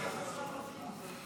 הם שואלים איפה שר הפנים.